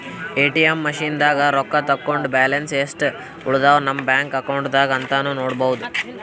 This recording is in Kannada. ಎ.ಟಿ.ಎಮ್ ಮಷಿನ್ದಾಗ್ ರೊಕ್ಕ ತಕ್ಕೊಂಡ್ ಬ್ಯಾಲೆನ್ಸ್ ಯೆಸ್ಟ್ ಉಳದವ್ ನಮ್ ಬ್ಯಾಂಕ್ ಅಕೌಂಟ್ದಾಗ್ ಅಂತಾನೂ ನೋಡ್ಬಹುದ್